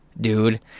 dude